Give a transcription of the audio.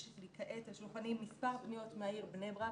וכעת יש לי על שולחני מספר פניות מהעיר בני ברק